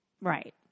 Right